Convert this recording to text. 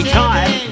time